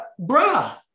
bruh